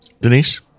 Denise